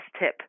tip